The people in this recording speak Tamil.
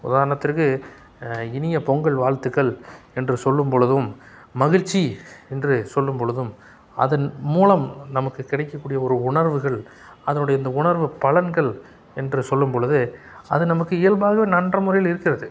உதாரணத்துக்கு இனிய பொங்கல் வாழ்த்துக்கள் என்று சொல்லும் பொழுதும் மகிழ்ச்சி என்று சொல்லும் பொழுதும் அதன் மூலம் நமக்கு கிடைக்கக்கூடிய ஒரு உணர்வுகள் அதனுடைய இந்த உணர்வு பலன்கள் என்று சொல்லும் பொழுது அது நமக்கு இயல்பாகவே நன்று முறையில் இருக்கிறது